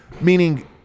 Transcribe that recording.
Meaning